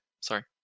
sorry